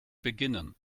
beginnen